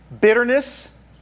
bitterness